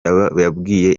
yabwiye